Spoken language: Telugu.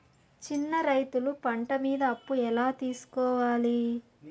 చిన్న రైతులు పంట మీద అప్పు ఎలా తీసుకోవాలి?